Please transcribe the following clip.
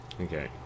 Okay